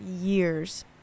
years